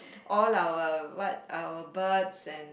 all our what our birds and